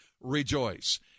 rejoice